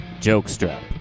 Jokestrap